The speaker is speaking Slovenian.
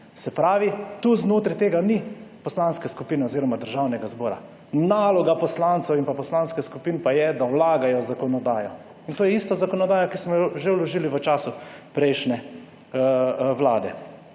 Se pravi, tu znotraj tega ni poslanske skupin oziroma Državnega zbora. Naloga poslancev in pa poslanskih skupin pa je, da vlagajo zakonodajo. In to je ista zakonodaja, ki smo jo že vložili v času prejšnje vlade.